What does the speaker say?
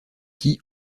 qui